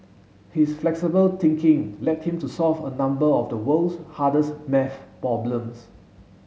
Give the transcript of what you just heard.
his flexible thinking led him to solve a number of the world's hardest maths problems